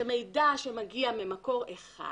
שמידע שמגיע ממקור אחד,